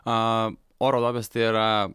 aaa oro duobės tai yra